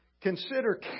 consider